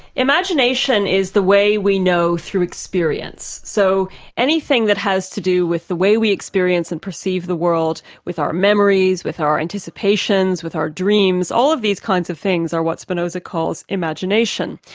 imagination is the way we know through experience. so anything that has to do with the way we experience experience and perceive the world with our memories, with our anticipations, with our dreams, all of these kinds of things are what spinoza calls imagination.